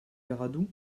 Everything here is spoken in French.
garadoux